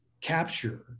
capture